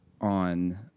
on